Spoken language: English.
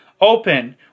Open